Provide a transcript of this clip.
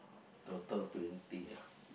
total twenty ah